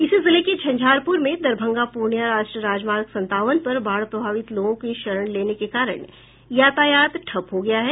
इसी जिले के झंझारपुर में दरभंगा पूर्णियां राष्ट्रीय राजमार्ग संतावन पर बाढ़ प्रभावित लोगों के शरण लेने के कारण यातायात ठप हो गया है